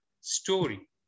story